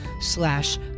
slash